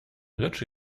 lecz